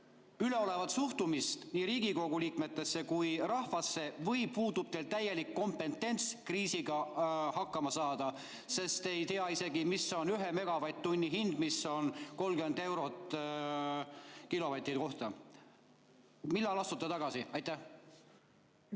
üleolevat suhtumist nii Riigikogu liikmetesse kui ka rahvasse või puudub teil täielikult kompetents kriisiga hakkama saamiseks, sest te ei tea isegi, mis on ühe megavatt-tunni hind, mis on 30 eurot kilovati kohta. Millal te astute tagasi? Aitäh!